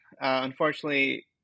Unfortunately